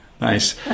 nice